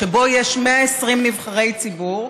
שבו יש 120 נבחרי ציבור,